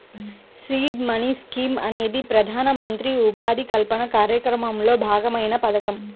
seed money scheme అనేది ప్రధానమంత్రి ఉపాధి కల్పన కార్యక్రమంలో భాగమైన పథకం